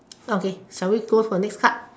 okay shall we go for next part